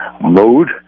mode